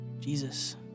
Jesus